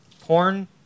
Porn